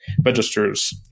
registers